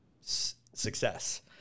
success